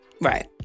Right